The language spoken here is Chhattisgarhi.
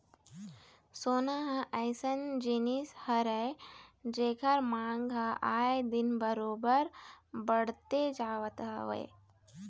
सोना ह अइसन जिनिस हरय जेखर मांग ह आए दिन बरोबर बड़ते जावत हवय